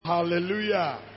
hallelujah